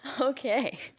okay